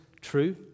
true